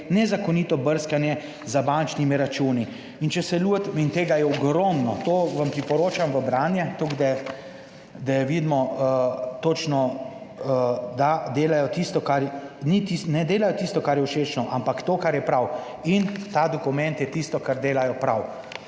nezakonito brskanje za bančnimi računi... In tega je ogromno, to vam priporočam v branje, da vidimo točno, da ne delajo tistega, kar je všečno, ampak to, kar je prav. In ta dokument je tisto, kar delajo prav;